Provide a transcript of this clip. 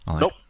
Nope